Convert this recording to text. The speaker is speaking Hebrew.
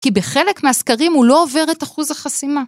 כי בחלק מהסקרים הוא לא עובר את אחוז החסימה.